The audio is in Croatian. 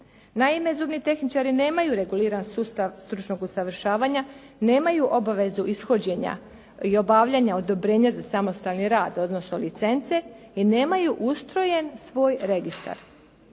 Naime, zubni tehničari nemaju reguliran sustav stručnog usavršavanja, nemaju obavezu ishođenja i obavljanja odobrenja za samostalni rad, odnosno licence i nemaju ustrojen svoj registar.